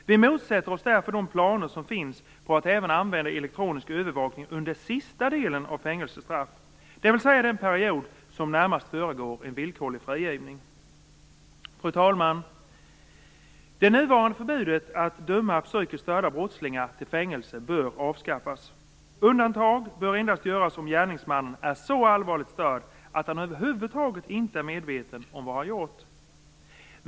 Vi motsätter oss därför de planer som finns att även använda elektronisk övervakning under sista delen av fängelsestraffet, dvs. den period som närmast föregår en villkorlig frigivning. Fru talman! Det nuvarande förbudet att döma psykiskt störda brottslingar till fängelse bör avskaffas. Undantag bör endast göras om gärningsmannen är så allvarligt störd att han över huvud taget inte är medveten om vad han har gjort.